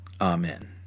Amen